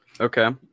Okay